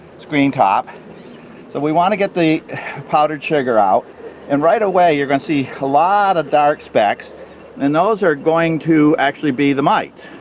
screened top so we want to get the powder sugar out and right away you're going to see a lot of dark specks and those are going to actually be the mites